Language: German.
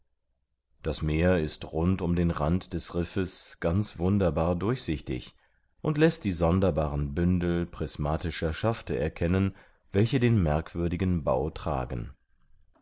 das meer ist rund um den rand des riffes ganz wunderbar durchsichtig und läßt die sonderbaren bündel prismatischer schafte erkennen welche den merkwürdigen bau tragen